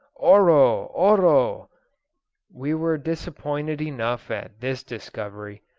oro! oro we were disappointed enough at this discovery,